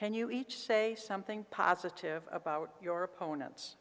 can you each say something positive about your opponent